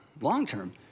long-term